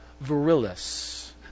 virilis